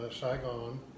Saigon